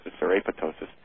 apoptosis